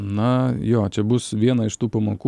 na jo čia bus viena iš tų pamokų